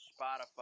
Spotify